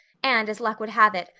and, as luck would have it,